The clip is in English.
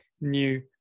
new